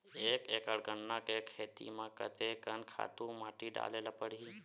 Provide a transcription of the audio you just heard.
एक एकड़ गन्ना के खेती म कते कन खातु माटी डाले ल पड़ही?